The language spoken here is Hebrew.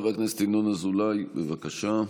חבר הכנסת ינון אזולאי, בבקשה.